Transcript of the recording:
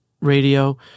radio